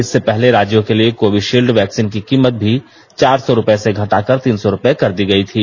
इससे पहले राज्यों के लिए कोविशील्ड वैक्सीन की कीमत भी चार सौ रुपये से घटाकर तीन सौ रुपये कर दी गईथी